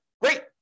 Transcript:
Great